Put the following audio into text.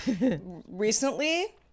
recently